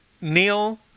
neil